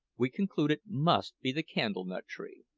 we concluded must be the candle-nut tree.